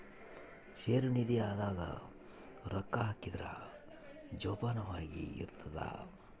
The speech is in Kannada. ಷೇರು ನಿಧಿ ದಾಗ ರೊಕ್ಕ ಹಾಕಿದ್ರ ಜೋಪಾನವಾಗಿ ಇರ್ತದ